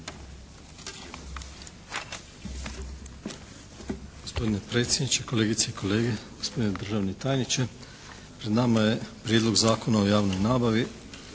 Gospodine predsjedniče, kolegice i kolege, gospodine državni tajniče. Pred nama je Prijedlog Zakona o javnoj nabavi.